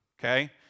okay